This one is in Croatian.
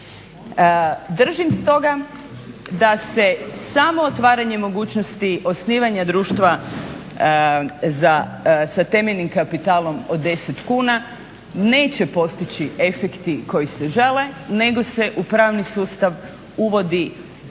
Držim stoga da se samo otvaranjem mogućnosti osnivanja društva sa temeljnim kapitalom od 10 kuna neće postići efekti koji se žele nego se u pravni sustav uvodi